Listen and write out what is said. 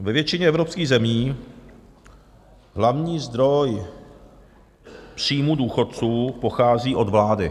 Ve většině evropských zemí hlavní zdroj příjmů důchodců pochází od vlády.